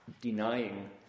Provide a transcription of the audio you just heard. denying